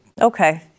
okay